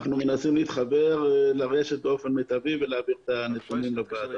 אנחנו מנסים להתחבר לרשת באופן מיטבי ולהעביר את הנתונים לוועדה.